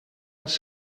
els